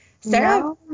Sarah